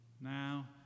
Now